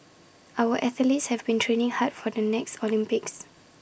our athletes have been training hard for the next Olympics